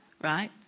right